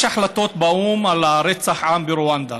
יש החלטות באו"ם על רצח העם ברואנדה,